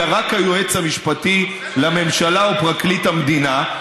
אלא רק היועץ המשפטי לממשלה או פרקליט המדינה.